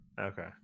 Okay